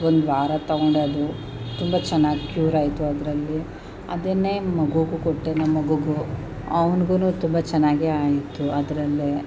ಒಂದು ವಾರ ತಗೊಂಡೆ ಅದು ತುಂಬ ಚೆನ್ನಾಗಿ ಕ್ಯೂರ್ ಆಯಿತು ಅದರಲ್ಲಿ ಅದನ್ನೇ ಮಗುವಿಗೂ ಕೊಟ್ಟೆ ನಮ್ಮ ಮಗುವಿಗೂ ಅವ್ನಿಗೂ ತುಂಬ ಚೆನ್ನಾಗಿಯೇ ಆಯಿತು ಅದರಲ್ಲೇ